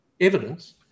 evidence